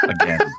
Again